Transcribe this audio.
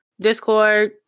Discord